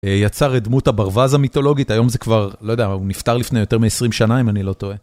יצר את דמות הברווז המיתולוגית, היום זה כבר, לא יודע, הוא נפטר לפני יותר מ-20 שנה, אני לא טועה.